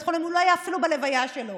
חולים והוא אפילו לא היה בהלוויה שלו.